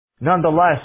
nonetheless